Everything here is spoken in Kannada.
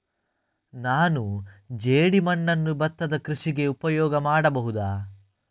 ನಾನು ಜೇಡಿಮಣ್ಣನ್ನು ಭತ್ತದ ಕೃಷಿಗೆ ಉಪಯೋಗ ಮಾಡಬಹುದಾ?